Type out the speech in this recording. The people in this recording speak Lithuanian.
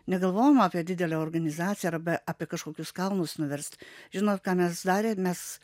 negalvojom apie didelę organizaciją arba apie kažkokius kalnus nuverst žinot ką mes darėm mes